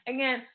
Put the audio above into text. Again